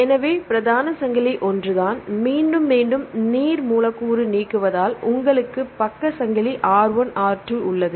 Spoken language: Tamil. எனவே பிரதான சங்கிலி ஒன்றுதான் மீண்டும் மீண்டும் நீர் மூலக்கூறு நீக்குவதால் உங்களுக்கு பக்க சங்கிலி R1 R2 உள்ளது